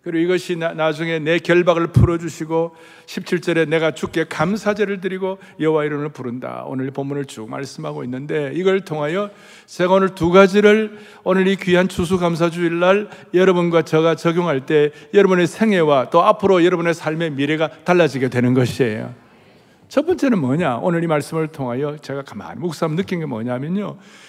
그리고 이것이 나- 나중에 내 결박을 풀어주시고 17절에 내가 주께 감사제를 드리고 여호와 이름을 부른다. 오늘 이 본문을 쭉 말씀하고 있는데 이걸 통하여 제가 오늘 두 가지를 오늘 이 귀한 추수감사주일날 여러분과 제가 적용할 때 여러분의 생애와 또 앞으로 여러분의 삶의 미래가 달라지게 되는 것이에요. 첫 번째는 뭐냐? 오늘 이 말씀을 통하여 제가 가만히 묵상하면 느낀 게 뭐냐면요.